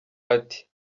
ati